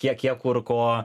kiek jie kur ko